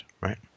right